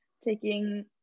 taking